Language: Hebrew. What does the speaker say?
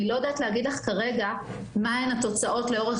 אני לא יודעת להגיד לך כרגע מה הן התוצאות לאורך